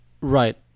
Right